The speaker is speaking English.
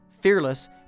Fearless